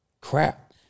crap